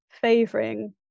favoring